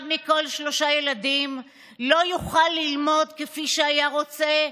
אחד מכל שלושה ילדים לא יוכל ללמוד כפי שהיה רוצה,